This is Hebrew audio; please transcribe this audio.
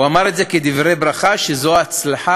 הוא אמר את זה כדברי ברכה, שזו ההצלחה